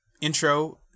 intro